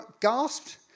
gasped